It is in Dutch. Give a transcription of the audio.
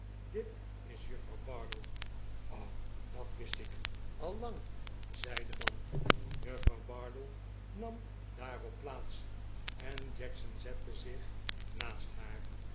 dit is juffrouw bardell r o dat wist ik al lang zei de man juffrouw bardell nam daarop plaats en jackson zette zich naast haar